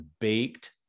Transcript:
baked